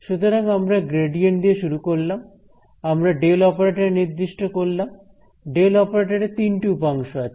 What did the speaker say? সুতরাং আমরা গ্রেডিয়েন্ট দিয়ে শুরু করলাম আমরা ডেল অপারেটর নির্দিষ্ট করলাম ডেল অপারেটরের তিনটি উপাংশ আছে